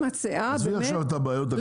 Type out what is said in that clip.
עזבי עכשיו את הבעיות הגלובליות.